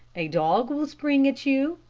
a dog will spring at you,